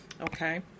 Okay